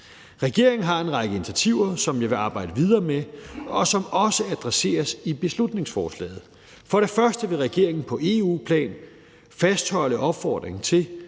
Regeringen har en række initiativer, som jeg vil arbejde videre med, og som også adresseres i beslutningsforslaget. For det første vil regeringen på EU-plan fastholde opfordringen til,